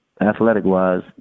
athletic-wise